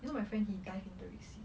you know my friend he dive in the red sea